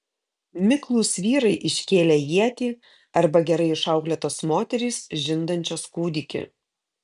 miklūs vyrai iškėlę ietį arba gerai išauklėtos moterys žindančios kūdikį